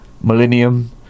millennium